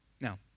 Now